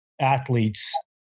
athletes